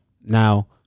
Now